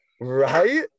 right